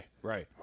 Right